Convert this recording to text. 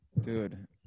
dude